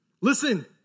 Listen